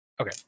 Okay